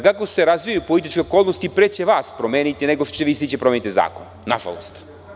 Kako se razvijaju političke okolnosti, pre će vas promeniti nego što ćete vi stići da promenite zakon, nažalost.